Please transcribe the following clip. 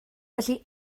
felly